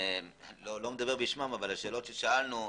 השאלות ששאלנו,